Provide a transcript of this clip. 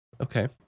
Okay